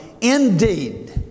indeed